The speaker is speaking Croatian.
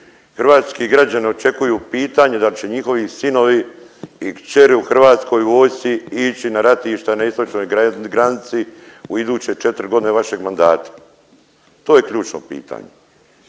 Hrvatski građani očekuju pitanje da li će njihovi sinovi i kćeri u Hrvatskoj vojsci ići na ratište na istočnoj granici u iduće 4 godine vašeg mandata. To je ključno pitanje,